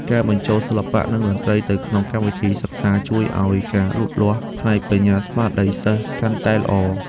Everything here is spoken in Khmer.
ការបញ្ចូលសិល្បៈនិងតន្ត្រីទៅក្នុងកម្មវិធីសិក្សាជួយឱ្យការលូតលាស់ផ្នែកបញ្ញាស្មារតីសិស្សកាន់តែល្អ។